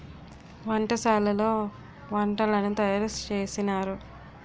వంటశాలలో వంటలను తయారు చేసినారు